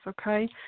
okay